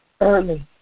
early